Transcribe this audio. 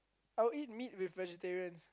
I would eat meat with vegetarians